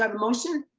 um motion?